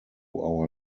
our